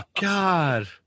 God